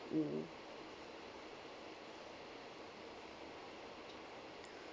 mm